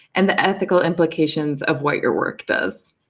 and the ethical implications of what your work does?